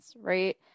right